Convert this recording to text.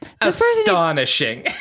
Astonishing